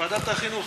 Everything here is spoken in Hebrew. ועדת החינוך.